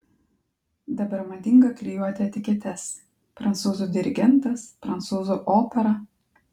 dabar madinga klijuoti etiketes prancūzų dirigentas prancūzų opera